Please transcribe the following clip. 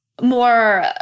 more